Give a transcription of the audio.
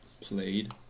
played